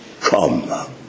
come